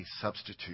substitute